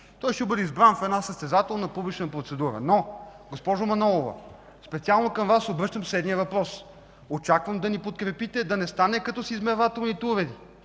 Той ще бъде избран в една състезателна публична процедура. Госпожо Манолова, специално към Вас се обръщам със следния въпрос. Очаквам да ни подкрепите! Да не стане като с измервателните уреди